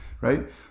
right